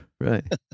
right